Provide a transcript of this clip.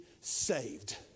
saved